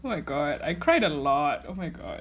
oh my god I cried a lot oh my god